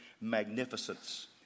magnificence